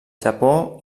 japó